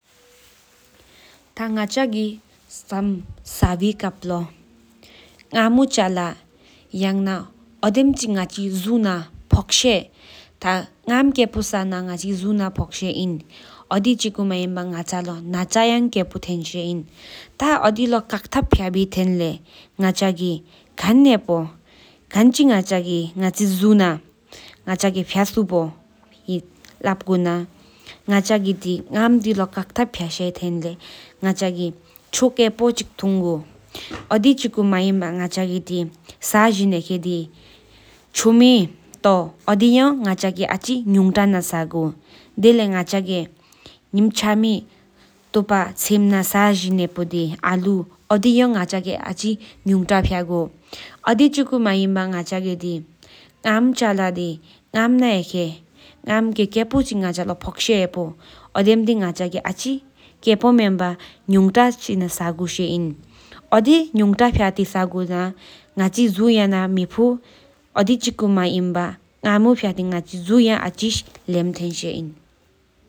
ཐ་མག་ཅ་གི་སམ་ས་བྱི་ཀ་པ་ལོ་ང་མུ་ཆ་ལ་འོ་དེས་ཆི་ང་ཅི་བྱུ་ག་ཧོག་ཤེ་ཐ་ངབ་ཁེ་པ་ས་ན་ང་ཅི་བྱུ་ག་ཧོག་ཤེ་ཨིན་། འོ་དེ་ཅི་ཀོ་མེན་པ་ན་ཅ་ཡ་ཁེ་པ་ཐད་སེ་ཨིན་ཐ་འོ་དེ་ལོ་དཀར་ཐབས། ཨཡེས་པ་དེན་ལོ་ང་དྟ་གེ་ཁོན་ཧེ་པོ་མཚུ་ང་ཅི་བྱུ་ག་ང་དྟ་གེ་བཙོ་བླ་པ་ཀོན་ག་མག་ཅ་གི་གེ་བྱི་དལོ་དཀར་ཐབས་བཙུ་ཐད་ལོ་མག་ཅ་གི་མུ་ཆུ་ཁེ་པོ་ཆི་ཐུང་གུད་འགྲུ་ཆི་ཀོ་མེན་པ་ང་ཅི་བྱུ་ག་སར་འཛིན་ཧེ་པོ་མཅུ་མཐོ་ཚུག་ང་དོ། ས་གེ་བྱི་བཙོ་པ་ས་ཇིན་ཧེ་པོ་དེ་ཨ་ལོ་ཨོ་དེ་ཡ་ལ་ང་ཅ་བྱི་ག་སེར་ལེ་མལ་ཐད་སེ་ཨིན་།